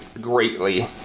greatly